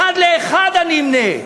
אחת לאחת אני אמנה.